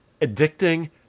addicting